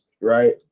right